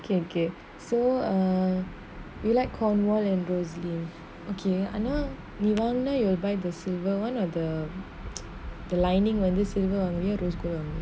okay okay so err you like cornwall and rosaline okay I know nirvana you will buy the silver one or the the lining when silver or rose gold